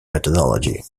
methodology